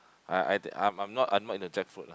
I I I'm I'm not I'm not into jackfruit lah